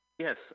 Yes